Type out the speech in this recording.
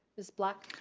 ms. black.